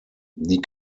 die